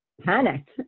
panicked